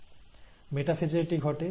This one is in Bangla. মেটাফেজ এ এটি ঘটে